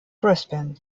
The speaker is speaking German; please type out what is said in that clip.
brisbane